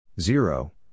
zero